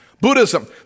Buddhism